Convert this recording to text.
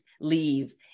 leave